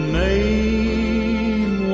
name